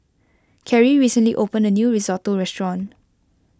Carey recently opened a new Risotto restaurant